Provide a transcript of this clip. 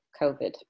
COVID